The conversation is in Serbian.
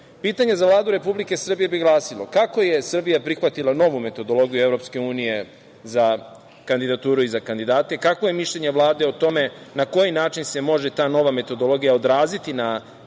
društva. Pitanje za Vladu Republike Srbije bi glasilo – kako je Srbija prihvatila novu metodologiju EU za kandidaturu i za kandidate, kakvo je mišljenje Vlade o tome na koji način se može ta nova metodologija odraziti na